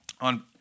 on